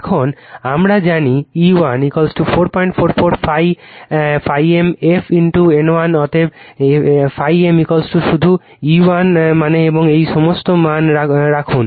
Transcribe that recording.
এখন আমরা জানি E1 444 ∅ m f N1 অতএব ∅ m শুধু E1 মান এবং এই সমস্ত মান রাখুন